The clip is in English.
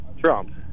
Trump